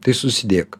tai susidėk